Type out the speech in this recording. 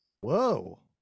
whoa